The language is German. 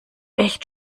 echt